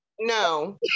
No